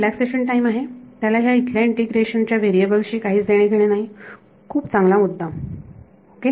relaxation time आहे त्याला या इथल्या इंटिग्रेशन च्या व्हेरिएबल शी काहीच देणे घेणे नाही होय खूप चांगला मुद्दा ओके